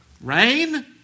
Rain